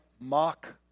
mock